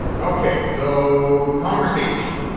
okay so conversation